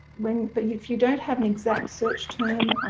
when but you, if you don't have an exact search term,